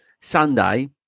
Sunday